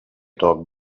toc